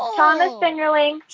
ah thomas fingerling.